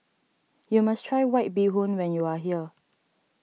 you must try White Bee Hoon when you are here